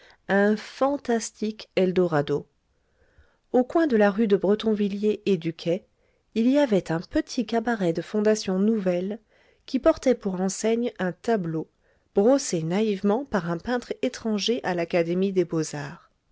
un fantastique eldorado au coin de la rue de bretonvilliers et du quai il y avait un petit cabaret de fondation nouvelle qui portait pour enseigne un tableau brossé naïvement par un peintre étranger à l'académie des beaux-arts